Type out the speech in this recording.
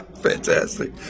Fantastic